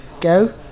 go